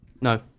no